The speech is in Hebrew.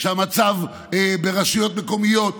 כשהמצב ברשויות מקומיות,